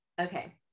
Okay